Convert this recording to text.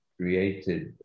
created